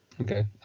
Okay